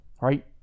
right